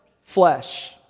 flesh